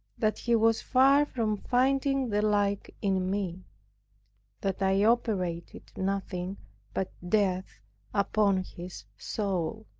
that he was far from finding the like in me that i operated nothing but death upon his soul.